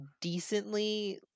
decently